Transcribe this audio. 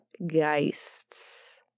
geists